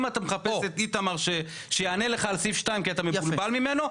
אם אתה מחפש את השר בן גביר שיענה לך על סעיף 2 כי אתה מבולבל ממנו,